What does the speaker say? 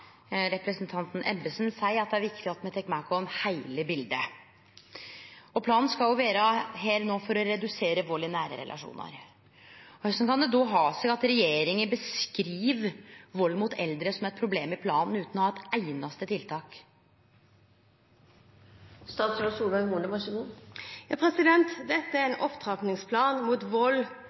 Representanten Ebbesen seier det er viktig at me tek med oss heile bildet. Planen skal jo vere for å redusere vald i nære relasjonar. Korleis kan det då ha seg at regjeringa i planen beskriv vald mot eldre som eit problem, utan å ha eit einaste tiltak? Dette er en opptrappingsplan mot